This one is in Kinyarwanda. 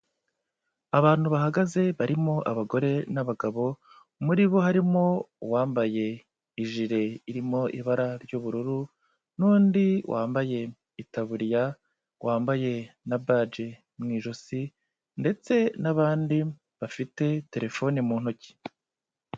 Abantu bahagaze barimo abagore n'abagabo, muri bo harimo uwambaye ijire irimo ibara ry'ubururu n'undi wambaye itaburiya, wambaye na baji mu ijosi ndetse n'abandi bafite telefone mu ntoki.